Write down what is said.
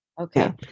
okay